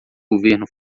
governo